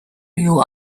you